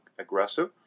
aggressive